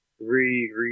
re